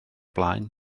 blaen